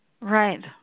Right